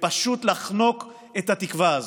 ופשוט לחנוק את התקווה הזאת.